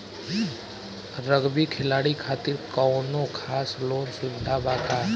Rugby खिलाड़ी खातिर कौनो खास लोन सुविधा बा का?